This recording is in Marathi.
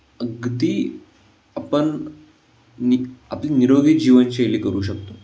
गती आपण नि आपली निरोगी जीवनशैली करू शकतो